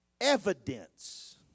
evidence